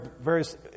various